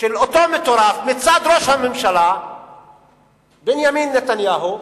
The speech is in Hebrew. של אותו מטורף מצד ראש הממשלה בנימין נתניהו,